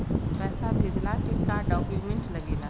पैसा भेजला के का डॉक्यूमेंट लागेला?